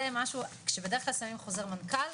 זה משהו, כשבדרך כלל שמים חוזר מנכ"ל,